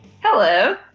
Hello